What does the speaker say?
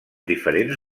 diferents